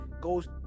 goes